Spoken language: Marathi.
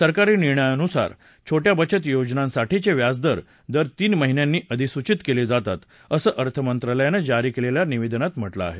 सरकारी निर्णायानुसार छोट्या बचत योजनांसाठीचे व्याजदर दर तीन महिन्यांनी अधिसुषित केले जातात असं अर्थमंत्रालयानं जारी केलेल्या निवेदनात म्हटलं आहे